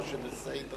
או של גנאים.